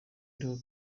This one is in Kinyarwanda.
ndiho